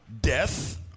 death